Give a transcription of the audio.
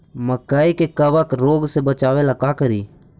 मकई के कबक रोग से बचाबे ला का करि?